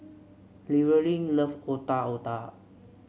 Llewellyn love Otak Otak